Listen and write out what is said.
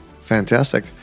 Fantastic